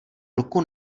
ruku